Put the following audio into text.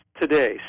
today